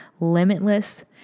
limitless